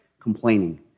complaining